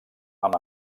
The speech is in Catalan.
amb